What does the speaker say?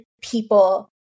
people